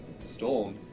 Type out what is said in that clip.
Storm